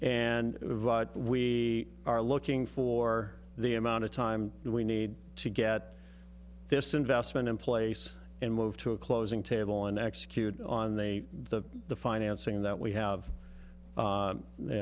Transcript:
and we are looking for the amount of time we need to get this investment in place and move to a closing table and execute on the the the financing that we have